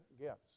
gifts